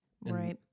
Right